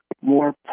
more